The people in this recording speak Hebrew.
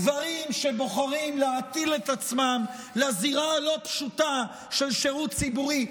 גברים שבוחרים להטיל את עצמם לזירה הלא-פשוטה של שירות ציבורי.